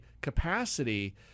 capacity